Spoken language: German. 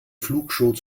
flugshow